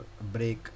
break